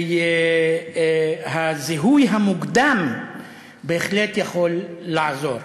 והזיהוי המוקדם בהחלט יכול לעזור.